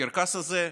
הקרקס הזה,